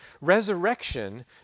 Resurrection